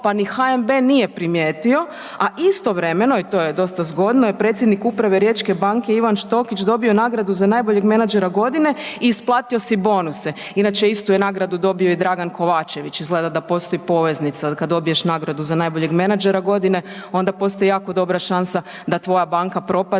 pa ni HNB nije primijetio, a istovremeno i to je dosta zgodno i predsjednik uprave riječke banke Ivan Štokić dobio je nagradu za najboljeg menadžera godine i isplatio si je bonuse. Inače istu je nagradu dobio i Dragan Kovačević, izgleda da postoji poveznica, kad dobiješ nagradu za najboljeg menadžera godine onda postoji jako dobra šansa da tvoja banka propadne